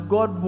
God